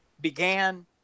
began